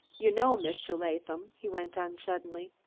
you know, mr. latham, he went on suddenly,